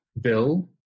bill